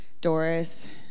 Doris